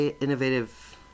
innovative